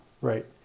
Right